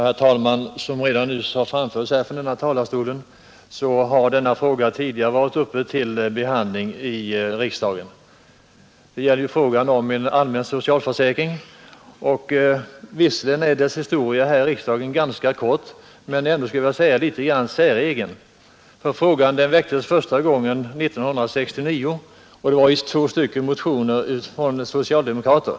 Herr talman! Såsom nyss framförts från den här talarstolen har frågan om en allmän socialfö säkring tidigare varit uppe till behandling i riksdagen. Visserligen är frågans historia här i riksdagen ganska kort, men ändå litet grand säregen. Frågan väcktes första gången 1969, och den gången förelåg två motioner från socialdemokrater.